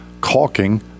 caulking